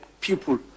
people